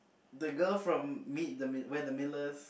the girl from meet the We're-the-Millers